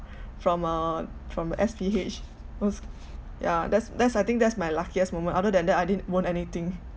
from uh from uh S_P_H was yeah that's that's I think that's my luckiest moment other than that I didn't won anything